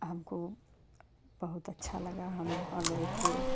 हमको बहुत अच्छा लगा हम वहाँ गए थे